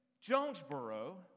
Jonesboro